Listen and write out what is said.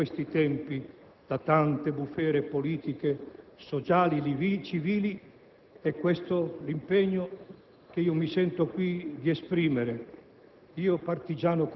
scossa in questi tempi da tante bufere politiche, sociali, civili, è questo l'impegno che mi sento qui di esprimere,